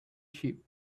ship